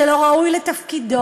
שלא ראוי לתפקידו.